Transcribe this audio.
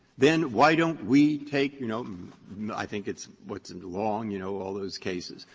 then why don't we take, you know i think it's what's in the long, you know, all those cases.